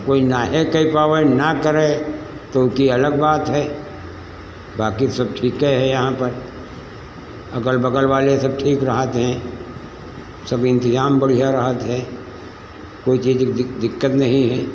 अब कोई नाहे कई पाव है ना करे तो की अलग बात है बाकी सब ठीक है यहाँ पर अगल बगल वाले सब ठीक राहत हैं सब इंतजाम बढ़िया रहती है कोई चीज रही दिक्कत नहीं है